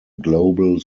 global